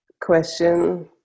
question